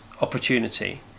opportunity